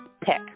Pick